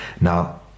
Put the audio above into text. Now